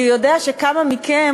כי הוא יודע שכמה מכם,